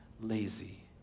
lazy